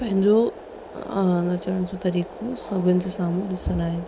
पंहिंजो नचण जो तरीक़ो सभिनि जे साम्हूं ॾिसंदा आहिनि त